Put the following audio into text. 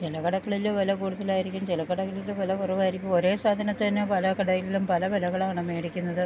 ചില കടകളിൽ വില കൂടുതലായിരിക്കും ചില കടകളിൽ വില കുറവായിരിക്കും ഒരേ സാധനത്തിന് തന്നെ പല കടയിലും പല വിലകളാണ് മേടിക്കുന്നത്